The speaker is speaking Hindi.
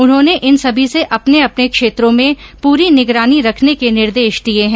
उन्होंने इन सभी से अपने अपने क्षेत्रों में पूरी निगरानी रखने के निर्देश दिए है